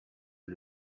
est